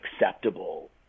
acceptable